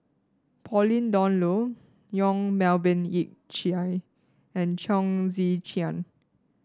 Pauline Dawn Loh Yong Melvin Yik Chye and Chong Tze Chien